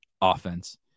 offense